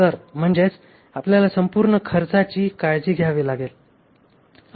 तर म्हणजेच आपल्याला संपूर्ण खर्चाची काळजी घ्यावी लागेल